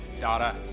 data